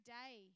day